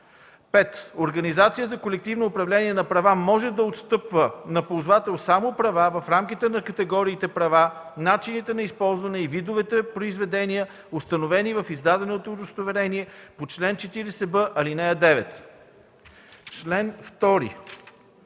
(5) Организация за колективно управление на права може да отстъпва на ползвател само права в рамките на категориите права, начините на използване и видовете произведения, установени в издаденото й удостоверение по чл. 40б, ал. 9.“ 2.